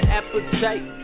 appetite